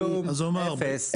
כלום, אפס.